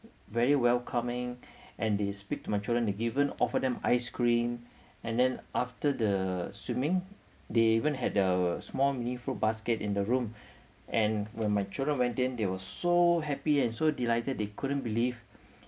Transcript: very welcoming and they speak to my children and even offer them ice cream and then after the swimming they even had our small mini fruit basket in the room and when my children went in they were so happy and so delighted they couldn't believe